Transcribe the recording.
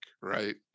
right